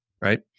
right